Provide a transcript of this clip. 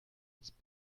its